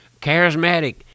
charismatic